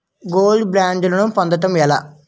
Gold బ్యాండ్లను పొందటం ఎలా?